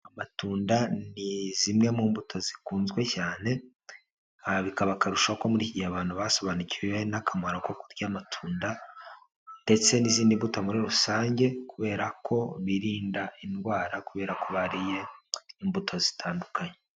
Amatunda ni zimwe mu mbuto zikunzwe cyane, aha bikaba akarusho ko muri iki gihe abantu basobanukiwe n'akamaro ko kurya amatunda ndetse n'izindi mbuto muri rusange, kubera ko birinda indwara kubera ko bariye imbuto zitandukanye.